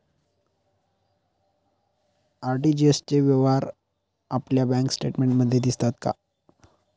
RTGS चे व्यवहार आपल्या बँक स्टेटमेंटमध्ये दिसतात का?